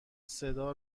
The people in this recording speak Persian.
صدا